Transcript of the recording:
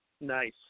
Nice